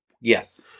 Yes